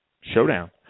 Showdown